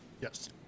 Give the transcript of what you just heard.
Yes